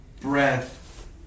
breath